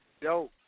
Yo